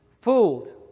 fooled